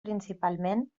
principalment